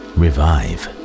revive